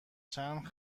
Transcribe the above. چند